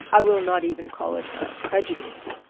i will not even call it a prejudice,